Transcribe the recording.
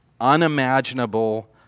unimaginable